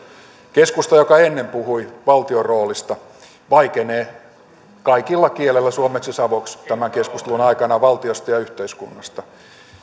keskusta joka ennen puhui valtion roolista vaikenee kaikilla kielillä suomeksi savoksi tämän keskustelun aikana valtiosta ja yhteiskunnasta